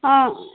ಹಾಂ